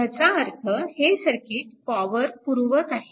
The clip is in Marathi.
ह्याचा अर्थ हे सर्किट पॉवर पुरवत आहे